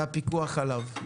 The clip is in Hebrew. והפיקוח עליו.